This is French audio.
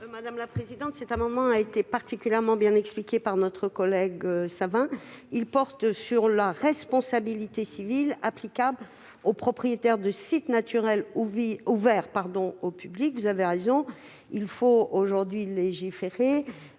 L'objet de cet amendement a été particulièrement bien expliqué par notre collègue Savin. Il porte sur la responsabilité civile applicable aux propriétaires de sites naturels ouverts au public. Vous avez raison, mon cher collègue, il faut aujourd'hui légiférer.